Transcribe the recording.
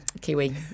Kiwi